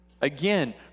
Again